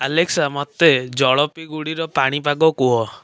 Alexa ମୋତେ ନୂଆ ଜଳପିଗୁଡ଼ିର ପାଣିପାଗ କୁହ